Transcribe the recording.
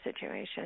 situation